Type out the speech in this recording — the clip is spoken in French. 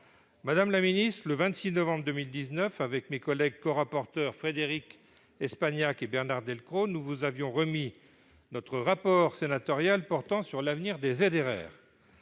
Madame la ministre, le 26 novembre 2019, avec mes collègues corapporteurs Frédérique Espagnac et Bernard Delcros, nous vous avons remis notre rapport portant sur l'avenir des ZRR.